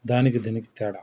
దానికి దీనికి తేడా